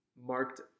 marked –